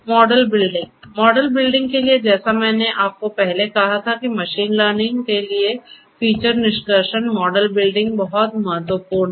model building model building के लिए जैसा मैंने आपको पहले कहा था कि मशीन लर्निंग के लिए फीचर निष्कर्षण मॉडल बिल्डिंग बहुत महत्वपूर्ण है